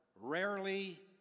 rarely